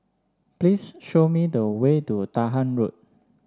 please show me the way to Dahan Road